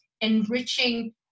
enriching